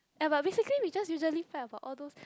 ya but basically we just usually fight about all those